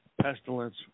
pestilence